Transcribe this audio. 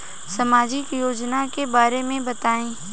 सामाजिक योजना के बारे में बताईं?